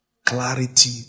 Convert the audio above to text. Clarity